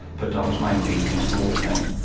but i was mainly into morphine,